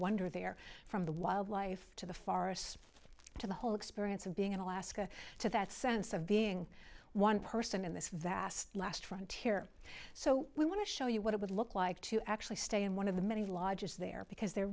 wonder there from the wildlife to the forests to the whole experience of being in alaska to that sense of being one person in this vast last frontier so we want to show you what it would look like to actually stay in one of the many lodges there because they're